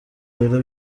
rero